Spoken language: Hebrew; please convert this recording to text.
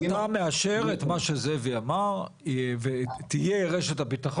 שבעים אחוז --- זאת אומרת אתה מאשר את מה שזאב אמר ותהיה רשת הביטחון,